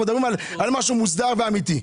אנחנו מדברים על משהו מוסדר ואמיתי,